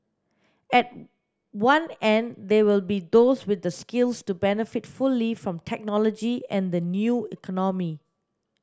at one end there will be those with the skills to benefit fully from technology and the new economy